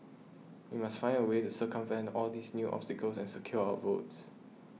we must find a way to circumvent all these new obstacles and secure our votes